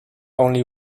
only